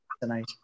tonight